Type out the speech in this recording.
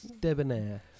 debonair